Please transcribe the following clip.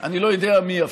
אני לא יודע אפילו.